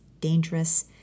dangerous